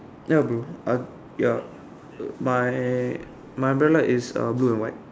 ya bro uh your my my umbrella is uh blue and white